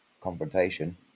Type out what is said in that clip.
confrontation